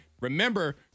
remember